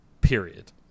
period